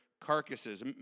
carcasses